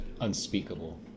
unspeakable